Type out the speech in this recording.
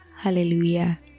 hallelujah